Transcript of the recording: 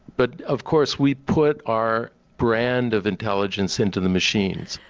but of course we put our brand of intelligence into the machines.